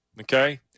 Okay